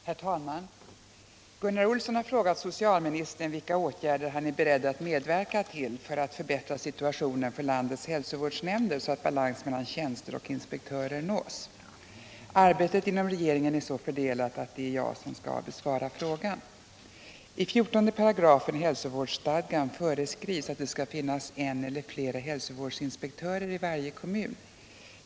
Herr talman! Gunnar Olsson har frågat socialministern vilka åtgärder han är beredd att medverka till för att förbättra situationen för landets hälsovårdsnämnder, så att balans mellan tjänster och inspektörer nås. Arbetet inom regeringen är så fördelat att det är jag som skall besvara frågan. I 14 § hälsovårdsstadgan föreskrivs att det skall finnas en eller flera hälsovårdsinspektörer i varje kommun.